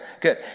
good